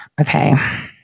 Okay